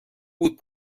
بود